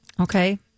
Okay